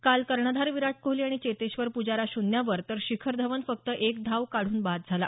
काल कर्णधार विराट कोहली आणि चेतेश्वर प्जारा शून्यावर तर शिखर धवन फक्त एक धाव काढून बाद झाला